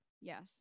yes